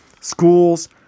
schools